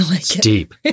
deep